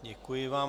Děkuji vám.